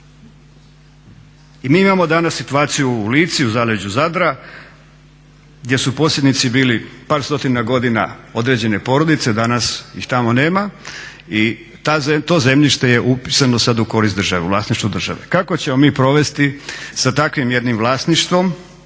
I mi imamo danas situaciju u Lici, u zaleđu Zadra, gdje su posjednici bili par stotina godina određene porodice, danas ih tamo nema. I to zemljište je upisano sad u korist države, u vlasništvo države. Kako ćemo mi provesti sa takvim jednim vlasništvom,